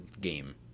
game